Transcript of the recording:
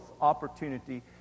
opportunity